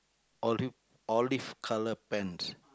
oli~ olive colour pants